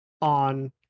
on